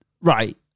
Right